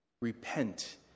Repent